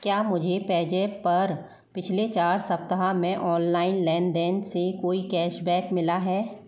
क्या मुझे पेज़ैप पर पिछले चार सप्ताह में ऑनलाइन लेनदेन से कोई कैशबैक मिला है